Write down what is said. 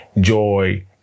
joy